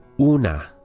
Una